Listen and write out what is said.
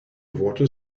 water